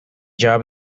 job